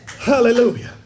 Hallelujah